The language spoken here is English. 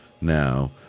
now